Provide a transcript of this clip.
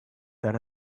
that